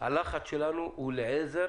הלחץ שלנו הוא לעזר